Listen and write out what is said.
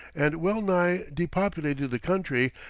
and well-nigh depopulated the country,